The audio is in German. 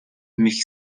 mich